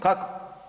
Kako?